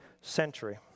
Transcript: century